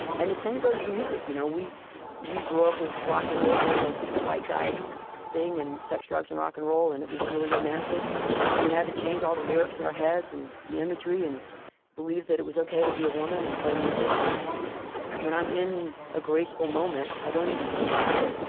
and the same goes for music. you know we we grew up with rock and roll being ah a white guy's thing, and sex, drugs, and rock and roll, and it was really romantic and we had to change all the lyrics in our heads, and the imagery, and believe that it was ok to be a woman and play music. when i'm in a graceful moment, i don't even think about it.